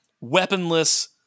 weaponless